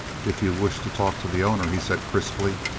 if you wish to talk to the owner, he said crisply,